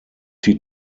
die